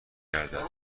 کردم